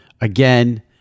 Again